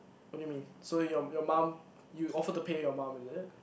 what do you mean so your your mum you offered to pay your mum is it